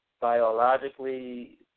biologically